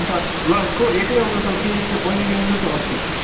अन्त ल को एक्लै आउँदैछौ कि त्यो बैनी ल्याउँदैछ अस्तिको